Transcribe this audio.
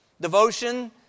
Devotion